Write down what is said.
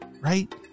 right